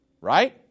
right